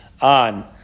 on